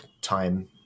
time